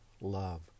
love